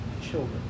children